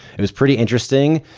it was pretty interesting,